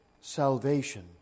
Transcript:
salvation